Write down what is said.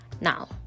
Now